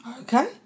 Okay